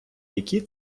які